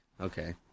Okay